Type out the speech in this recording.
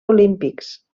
olímpics